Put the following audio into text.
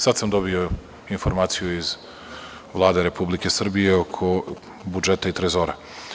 Sad sam dobio informaciju iz Vlade Republike Srbije oko budžeta i trezora.